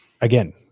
again